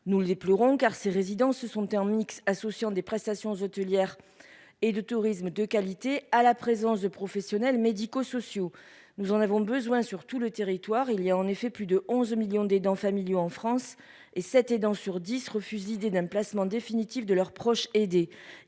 Nous le déplorons car ces résidents se sont, terme mixte associant des prestations hôtelières et de tourisme de qualité à la présence de professionnels médico-sociaux, nous en avons besoin sur tout le territoire, il y a en effet plus de 11 millions d'aidants familiaux en France et cette dans sur 10 refusent l'idée d'un placement définitif de leurs proches, aidés